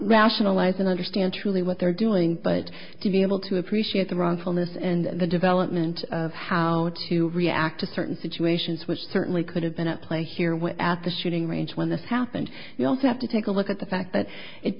rationalize and understand truly what they're doing but to be able to appreciate the wrongfulness and the development of how to react to certain situations which certainly could have been at play here where at the shooting range when this happened you also have to take a look at the fact that it